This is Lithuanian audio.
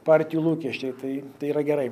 partijų lūkesčiai tai yra gerai